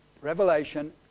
Revelation